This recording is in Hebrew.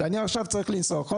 ויש לך אחת?